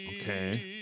Okay